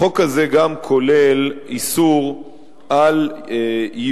החוק הזה גם כולל איסור ייבוא,